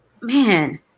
man